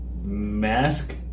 Mask